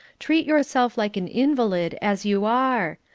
treat yourself like an invalid, as you are.